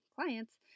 clients